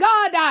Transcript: God